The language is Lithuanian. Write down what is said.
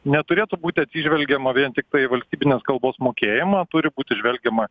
neturėtų būti atsižvelgiama vien tiktai valstybinės kalbos mokėjimą o turi būti žvelgiama